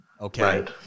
Okay